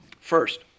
First